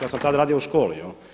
Ja sam tada radio u školi.